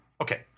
okay